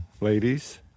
ladies